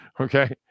Okay